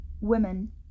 women